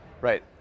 Right